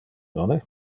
nonne